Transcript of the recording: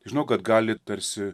tai žinau kad gali tarsi